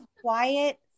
quiet